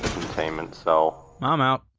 containment cell. i'm out.